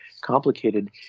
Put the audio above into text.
complicated